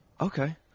okay